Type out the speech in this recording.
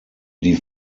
die